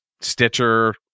Stitcher